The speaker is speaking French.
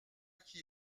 qui